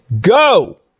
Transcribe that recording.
go